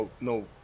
no –